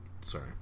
sorry